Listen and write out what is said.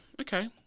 Okay